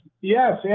yes